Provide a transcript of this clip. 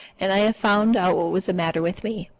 and i have found out what was the matter with me.